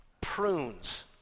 prunes